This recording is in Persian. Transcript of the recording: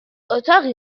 اتاقی